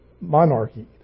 monarchy